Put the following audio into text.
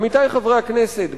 עמיתי חברי הכנסת,